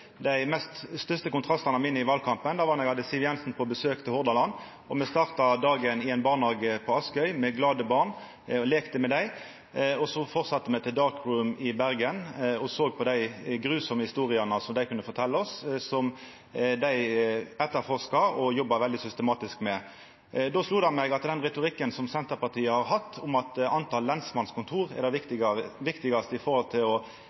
dei største kontrastane i valkampen min. Det var då eg hadde Siv Jensen på besøk i Hordaland. Me starta dagen i ein barnehage på Askøy med glade barn, og me leikte med dei. Så fortsette me til operasjon Dark Room i Bergen og høyrde dei gruvsame historiene som dei kunne fortelja oss, historier som dei etterforska og jobba veldig systematisk med. Då slo det meg at den retorikken som Senterpartiet har hatt om at talet på lensmannskontor er det viktigaste for å